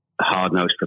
hard-nosed